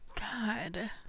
God